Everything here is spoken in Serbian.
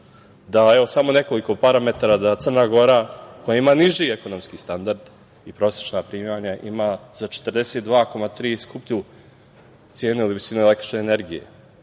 uvek. Samo nekoliko parametara, da Crna Gora koja ima niži ekonomski standard i prosečna primanja ima za 42,3% skuplju cenu ili visinu električne energije.